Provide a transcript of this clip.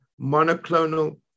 monoclonal